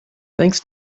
thanks